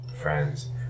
friends